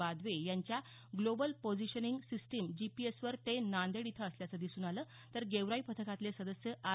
बादवे यांचं global positioning system जीपीएसवर ते नांदेड इथं असल्याचं दिसून आलं तर गेवराई पथकातले सदस्य आर